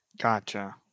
Gotcha